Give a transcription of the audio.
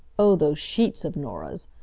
oh, those sheets of norah's!